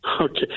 Okay